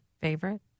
favorite